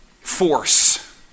force